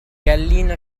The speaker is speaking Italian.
gallina